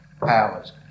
powers